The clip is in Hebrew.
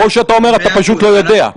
או שאתה אומר שאתה פשוט לא יודע?